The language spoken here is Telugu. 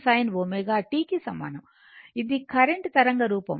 కాబట్టి ఇది కరెంట్ తరంగ రూపం